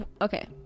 Okay